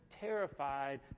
terrified